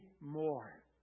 more